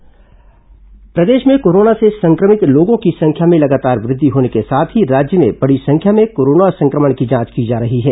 corona जांच प्रदेश में कोरोना से संक्रमित लोगों की संख्या में लगातार वृद्धि होने के साथ ही राज्य में बड़ी संख्या भें कोरोना संक्रमण की जांच की जा रही है